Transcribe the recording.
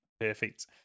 perfect